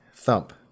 thump